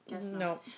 No